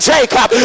Jacob